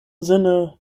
sinne